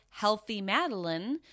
HEALTHYMADELINE